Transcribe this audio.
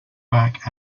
back